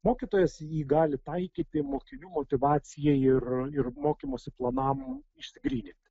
mokytojas jį gali taikyti mokinių motyvacijai ir ir mokymosi planam išsigrynint